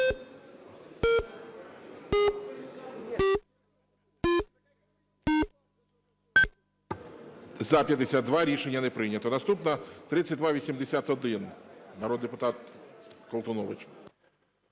За-52 Рішення не прийнято. Наступна – 3281, народний депутат Колтунович.